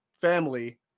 family